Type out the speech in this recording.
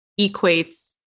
equates